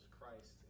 Christ